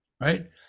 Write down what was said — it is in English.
right